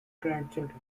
grandchildren